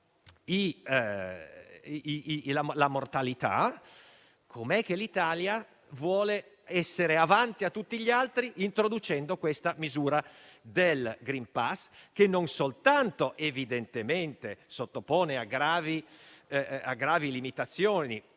la mortalità, vuole essere avanti a tutti gli altri, introducendo la misura del *green pass*, che non soltanto evidentemente sottopone a gravi limitazioni